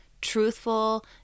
truthful